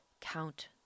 count